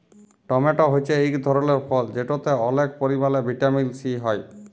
tomato হছে ইক ধরলের ফল যেটতে অলেক পরিমালে ভিটামিল সি হ্যয়